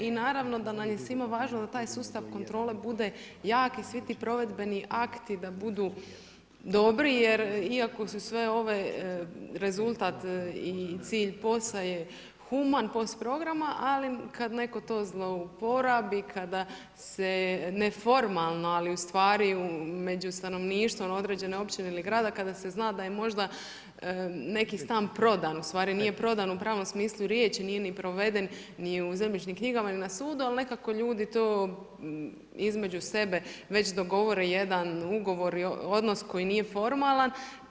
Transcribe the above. I naravno da nam je svima važno da taj sustav kontrole bude jak i svi ti provedbeni akti da budu dobri, jer iako su sve ove, rezultat i cilj POS je human POS programa, ali kada netko to zlouporabi, kada se ne formalno, ali ustvari među stanovništvom određene općine i grada kada se zna da je možda neki stan prodan, ustvari nije prodan u pravom smislu riječi, nije ni proveden ni u zemljišnim knjigama ni na sudu, ali nekako ljudi to između sebe, već dogovore jedan ugovor i odnos koji nije formalna.